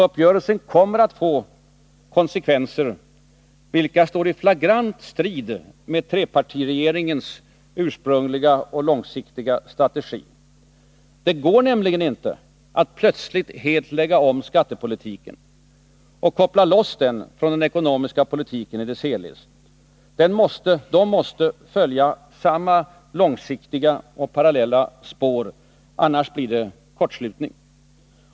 Uppgörelsen kommer att få konsekvenser vilka står i flagrant strid med trepartiregeringens ursprungliga, långsiktiga strategi. Det går nämligen inte att plötsligt helt lägga om skattepolitiken och koppla loss den från den ekonomiska politiken i dess helhet. De måste följa samma långsiktiga och parallella spår. Annars blir det kortslutning.